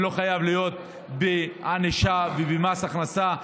וזה לא חייב להיות בענישה ובמס הכנסה.